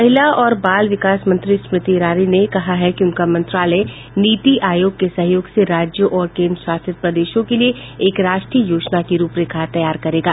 महिला और बाल विकास मंत्री स्मृति ईरानी ने कहा है कि उनका मंत्रालय नीति आयोग के सहयोग से राज्यों और केन्द्रशासित प्रदेशों के लिए एक राष्ट्रीय योजना की रूपरेखा तैयार करेगा